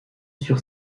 sur